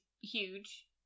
huge